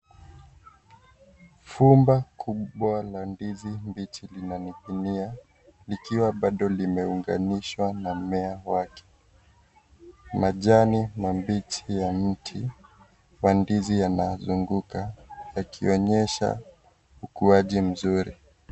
Vumba kubwa la ndizi mbichi inaninginia ikiwa bado limeunganishwa na mmea wake. Majani mabichi ya mti wa ndizi yanazunguka yakionyesha ukuaji mzuri.